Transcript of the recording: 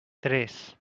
tres